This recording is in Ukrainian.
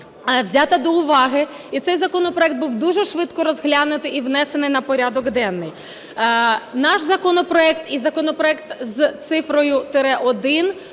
взята до уваги і цей законопроект був дуже швидко розглянутий, і внесений на порядок денний. Наш законопроект і законопроект з цифрою 1